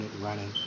running